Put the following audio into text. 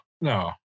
no